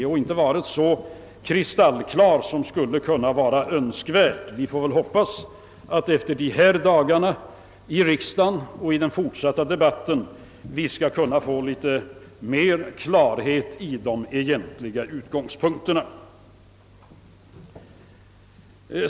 Den har inte varit så kristallklar som hade varit önskvärt. Vi får hoppas att vi efter denna remissdebatt och den allmänna diskussionen skall få mera klarhet i de egentliga utgångspunkterna.